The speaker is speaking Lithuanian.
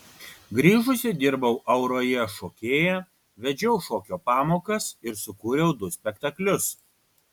grįžusi dirbau auroje šokėja vedžiau šokio pamokas ir sukūriau du spektaklius